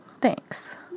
Thanks